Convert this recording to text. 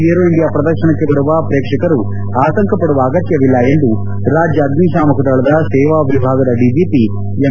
aero India ಪ್ರದರ್ಶನಕ್ಕೆ ಬರುವ ಪ್ರೇಕ್ಷಕರು ಆತಂಕಪಡುವ ಅಗತ್ಯವಿಲ್ಲ ಎಂದು ರಾಜ್ಯ ಅಗ್ನಿಶಾಮಕ ದಳದ ಸೇವಾ ವಿಭಾಗದ ಡಿಜಿಪಿ ಎಂ